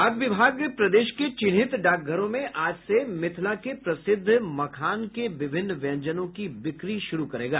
डाक विभाग प्रदेश के चिन्हित डाकघरों में आज से मिथिला के प्रसिद्ध मखान के विभिन्न व्यंजनों की बिक्री शुरू करेगा